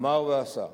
אמר ועשה,